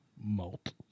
malt